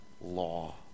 law